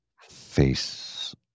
face